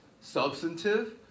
substantive